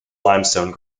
limestone